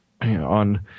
on